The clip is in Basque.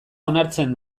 onartzen